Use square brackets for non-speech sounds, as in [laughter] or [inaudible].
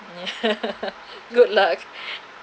[laughs] good luck